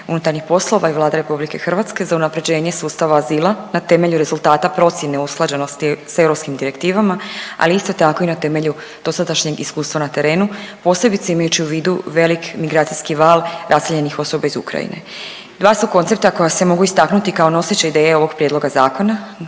resorno MUP i Vlada RH za unaprjeđenje sustava azila na temelju rezultata procjene usklađenosti s europskim direktivama, ali isto tako i na temelju dosadašnjeg iskustva na terenu posebice imajući u vidu velik migracijski val raseljenih osoba iz Ukrajine. Dva su koncepta koja se mogu istaknuti kao noseće ideje ovog prijedloga zakona,